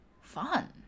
fun